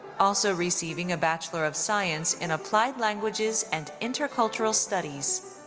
also receiving a bachelor of science in applied languages and intercultural studies.